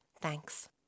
thanks